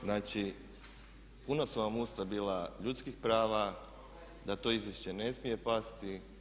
Znači puna su vam usta bila ljudskih prava da to izvješće ne smije pasti.